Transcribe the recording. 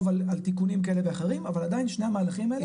על תיקונים כאלה ואחרים אבל עדיין שני המהלכים האלה,